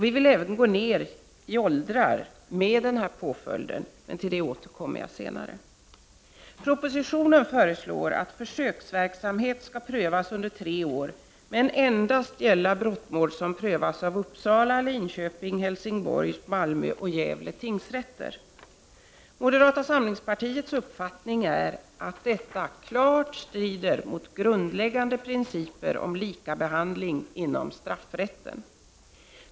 Vi vill även gå ned i åldrar med denna påföljd, men till det återkommer jag senare. Propositionen föreslår att försöksverksamhet skall prövas under tre år, men endast gälla brottmål som prövas av Uppsala, Linköpings, Helsingborgs, Malmö och Gävle tingsrätter. Moderata samlingspartiets uppfattning är att detta klart strider mot grundläggande principer om likabehandling inom straffrätten.